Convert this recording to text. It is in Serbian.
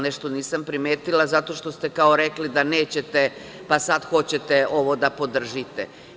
Nešto nisam primetila zato što ste kao rekli da nećete, pa sad hoćete ovo da podržite.